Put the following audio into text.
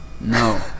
No